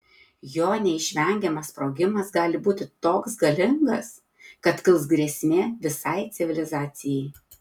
jo neišvengiamas sprogimas gali būti toks galingas kad kils grėsmė visai civilizacijai